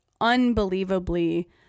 unbelievably